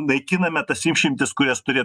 naikiname tas išimtis kurias turi